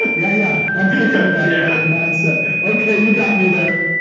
yeah, yeah i'm thinking yeah yeah mindset. okay you got me there.